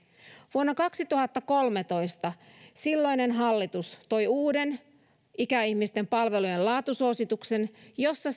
vuonna kaksituhattakolmetoista silloinen hallitus toi uuden ikäihmisten palvelujen laatusuosituksen jossa